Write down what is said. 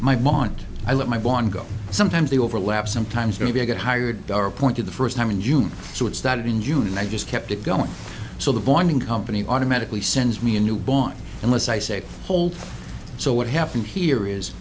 my mont i let my bond go sometimes they overlap sometimes maybe i got hired or appointed the first time in june so it started in june and i just kept it going so the bonding company automatically sends me a newborn unless i say hold so what happened here is